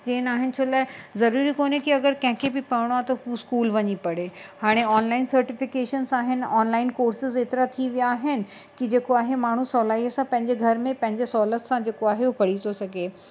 इहे न आहिनि छो लाइ ज़रूरी कोन्हे की अगरि कंहिंखें बि पढ़िणो आहे त हू स्कूल वञी पढ़े हाणे ऑनलाइन सर्टिफ़िकेशन्स आहिनि ऑनलाइन कोर्सिस एतिरा थी विया आहिनि की जेको आहे माण्हू सहुलाईअ सां पंहिंजे घर में पंहिंजे सहुलत सां जेको आहे हू पढ़ी थो सघे